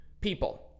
People